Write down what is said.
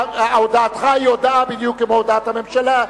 הודעתך היא הודעה כמו הודעת הממשלה,